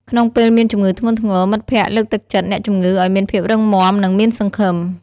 ក្នុងពេលមានជំងឺធ្ងន់ធ្ងរ មិត្តភ័ក្តិលើកទឹកចិត្តអ្នកជំងឺឲ្យមានភាពរឹងមាំ និងមានសង្ឃឹម។